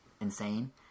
insane